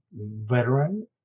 veteran